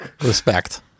Respect